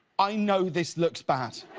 i know this looks bad.